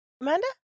Amanda